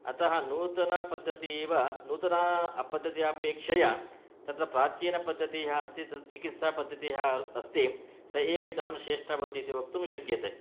अतः नूतनपद्धति इव नूतना पद्धत्या अपेक्षया तत्र प्राचीनपद्धतिः यः अस्ति तत् चिकित्सापद्धति यः अस्ति स एव इदानीं श्रेष्ठा भवति इति वक्तुं शक्यते